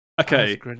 Okay